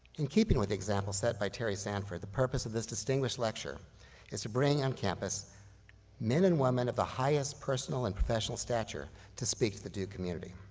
in keeping with examples set by terry sanford, the purpose of this distinguished lecture is to bring on campus men and women of the highest personal and professional stature to speak to the duke community.